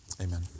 Amen